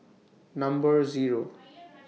Number Zero